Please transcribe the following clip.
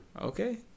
Okay